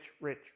rich